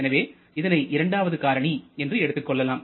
எனவே இதனை இரண்டாவது காரணி என்று எடுத்துக் கொள்ளலாம்